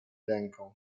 ręką